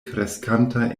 kreskanta